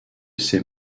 ces